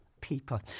people